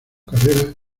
carrera